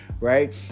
right